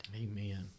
Amen